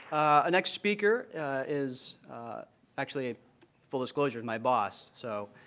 ah next speaker is actually, a full disclosure, is my boss, so